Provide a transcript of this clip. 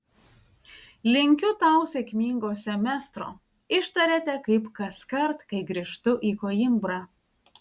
linkiu tau sėkmingo semestro ištarėte kaip kaskart kai grįžtu į koimbrą